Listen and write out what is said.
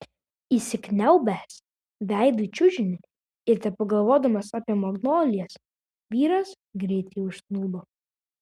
įsikniaubęs veidu į čiužinį ir tebegalvodamas apie magnolijas vyras greitai užsnūdo